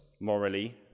morally